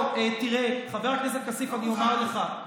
לא, תראה, חבר הכנסת כסיף, אני אומר לך: